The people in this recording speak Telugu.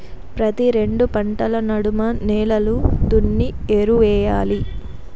ప్రతి రెండు పంటల నడమ నేలలు దున్ని ఎరువెయ్యాలి